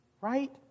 right